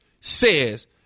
says